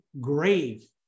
grave